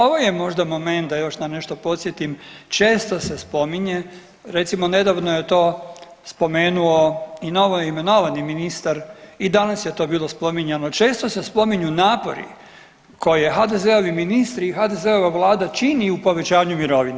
Ovo je možda moment da još na nešto podsjetim, često se spominje, recimo nedavno je to spomenuo i novoimenovani ministar i danas je to bilo spominjano, često se spominju napori koje HDZ-ovi ministri i HDZ-ova vlada čini u povećanju mirovina.